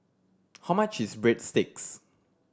how much is Breadsticks